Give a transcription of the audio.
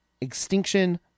Extinction